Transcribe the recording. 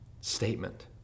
statement